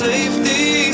Safety